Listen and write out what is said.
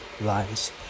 lies